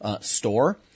store